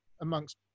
amongst